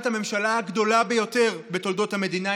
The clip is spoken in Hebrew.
הממשלה הגדולה ביותר בתולדות המדינה,